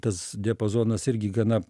tas diapazonas irgi gana